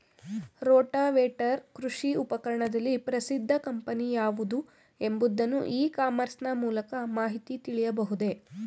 Rotavator ಕೃಷಿ ಉಪಕರಣದಲ್ಲಿ ಪ್ರಸಿದ್ದ ಕಂಪನಿ ಯಾವುದು ಎಂಬುದನ್ನು ಇ ಕಾಮರ್ಸ್ ನ ಮೂಲಕ ಮಾಹಿತಿ ತಿಳಿಯಬಹುದೇ?